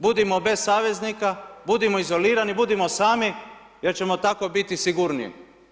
Budimo bez saveznika, budimo izolirani, budimo sami jer ćemo tako biti sigurniji.